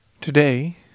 Today